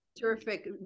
terrific